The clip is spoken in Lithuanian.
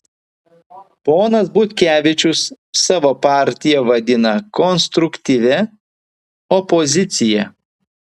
ponas butkevičius savo partiją vadina konstruktyvia opozicija